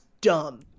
dumb